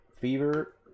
fever